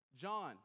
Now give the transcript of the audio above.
John